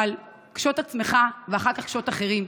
אבל קשוט עצמך ואחר כך קשוט אחרים,